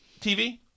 TV